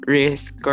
risk